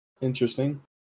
Interesting